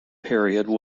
period